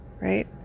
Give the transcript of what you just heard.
Right